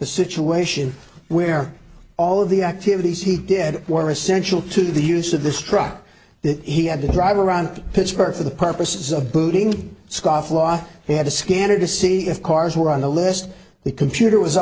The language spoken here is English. the situation where all of the activities he did were essential to the use of this truck that he had to drive around pittsburgh for the purposes of booting scofflaw they had a scanner to see if cars were on the list the computer was